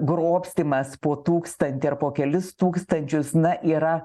grobstymas po tūkstantį ar po kelis tūkstančius na yra